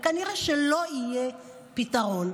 וכנראה שלא יהיה פתרון.